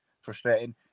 frustrating